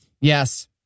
Yes